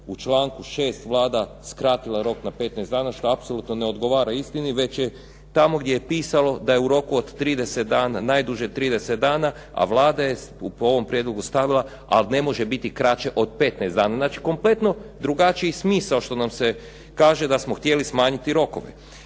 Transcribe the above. u članku 6. Vlada skratila rok na 15 dana, što apsolutno ne odgovara istini, već je tamo gdje je pisalo da je u roku od 30 dana, najduže 30 dana, a Vlada je po ovom prijedlogu stavila ali ne može biti kraće od 15 dana. Znači kompletno drugačiji smisao što nam se kaže da smo htjeli smanjiti rokove.